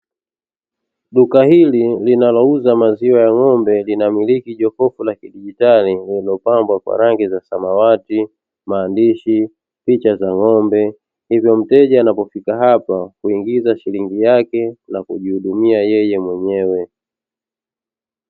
Duka hili linalouza maziwa ya ng'ombe linamiliki jokofu la kijigitali lililopambwa kwa rangi za samawati, maandishi, picha za ng'ombe; hivyo mteja anapofika hapa huingiza shilingi yake na kujihudumia yeye mwenyewe.